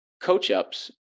coach-ups